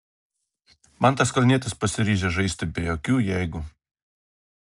mantas kalnietis pasiryžęs žaisti be jokių jeigu